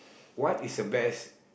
what is a best